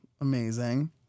Amazing